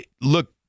Look